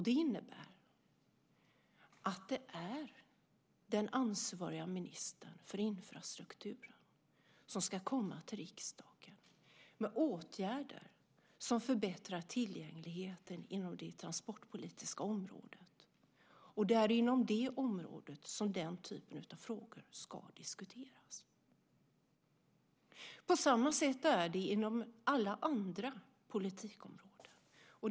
Det innebär att det är den ansvariga ministern för infrastrukturen som ska komma till riksdagen med åtgärder som förbättrar tillgängligheten inom det transportpolitiska området, och det är inom det området som den typen av frågor ska diskuteras. På samma sätt är det inom alla andra politikområden.